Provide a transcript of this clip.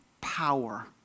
power